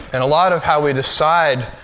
and a lot of how we decide,